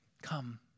Come